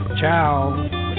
Ciao